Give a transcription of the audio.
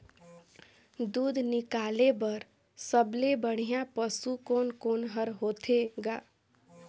दूध निकाले बर सबले बढ़िया पशु कोन कोन हर होथे ग?